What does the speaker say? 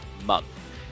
month